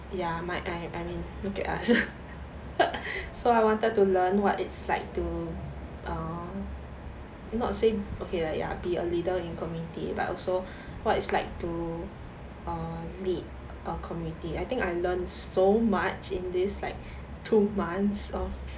ya I mean I mean look at us so I wanted to learn what it's like to err not say okay lah ya be a leader in community but also what it's like to err lead a community I think I learned so much in this like two months of